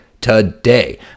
today